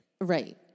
Right